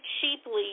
cheaply